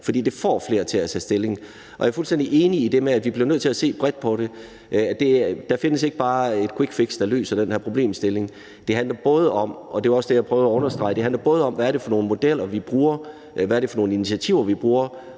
fordi det får flere til at tage stilling, og jeg er fuldstændig enig i det med, at vi bliver nødt til at se bredt på det. Der findes ikke bare et quickfix, der løser den her problemstilling, men det handler både om – og det var også det, jeg prøvede at understrege – hvad det er for nogle modeller, vi bruger, hvad det er for nogle initiativer, vi bruger,